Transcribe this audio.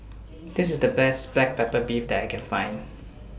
This IS The Best Black Pepper Beef that I Can Find